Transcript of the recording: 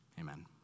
Amen